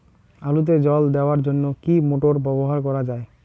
আলুতে জল দেওয়ার জন্য কি মোটর ব্যবহার করা যায়?